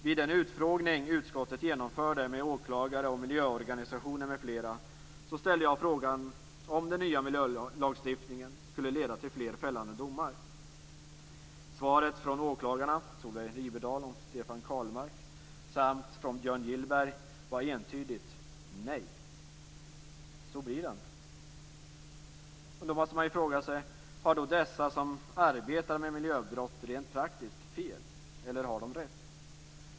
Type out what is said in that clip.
Vid den utfrågning som utskottet genomförde med åklagare, miljöorganisationer m.fl. ställde jag frågan om den nya miljölagstiftningen skulle leda till fler fällande domar. Karlmark samt från Björn Gillberg var entydigt: Nej, så blir det inte. Då måste man fråga sig om dessa personer som arbetar rent praktiskt med miljöbrott har fel eller rätt.